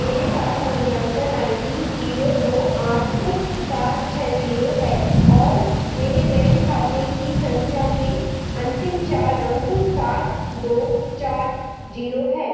मेरे पास मूल्यांकन आई डी जीरो दो आठ सात छः जीरो है और मेरे बैंक खाते की संख्या के अंतिम चार अंक सात दो चार जीरो हैं